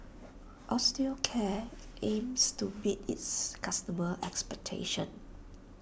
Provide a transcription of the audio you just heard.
Osteocare aims to meet its customers' expectations